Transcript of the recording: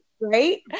right